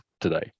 today